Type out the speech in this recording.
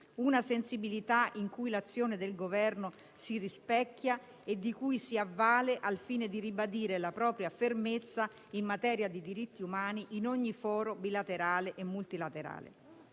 una sensibilità in cui l'azione del Governo si rispecchia e di cui si avvale al fine di ribadire la propria fermezza in materia di diritti umani in ogni foro bilaterale e multilaterale.